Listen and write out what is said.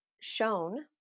shown